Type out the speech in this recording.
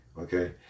Okay